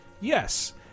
yes